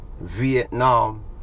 Vietnam